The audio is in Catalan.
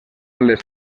les